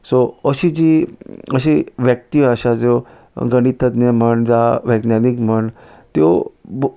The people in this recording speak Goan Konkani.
सो अशी जी अशी व्यक्ती आसा ज्यो गणिततज्ञ म्हण जावं वैज्ञानीक म्हण त्यो